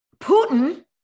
Putin